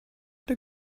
the